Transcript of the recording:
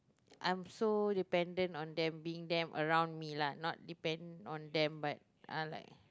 I'm so dependent on them being them around me lah not depend on them but ah like